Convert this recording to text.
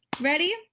Ready